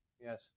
Yes